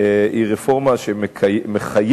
היא רפורמה שמחייבת